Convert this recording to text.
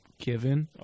given